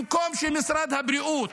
במקום שמשרד הבריאות,